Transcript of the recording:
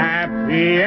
Happy